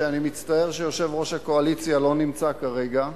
ואני מצטער שיושב-ראש הקואליציה לא נמצא כרגע.